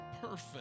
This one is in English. perfect